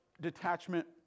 detachment